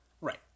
Right